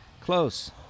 close